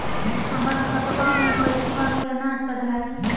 हमर खतवा मे पैसवा केना चढाई?